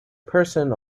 person